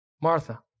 Martha